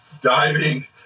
Diving